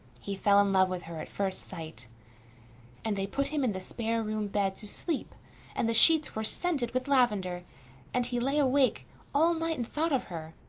he fell in love with her at first sight and they put him in the spare room bed to sleep and the sheets were scented with lavendar and he lay awake all night and thought of her.